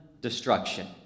destruction